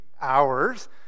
hours